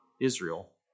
Israel